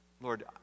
Lord